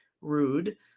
rude